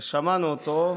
ושמענו אותו,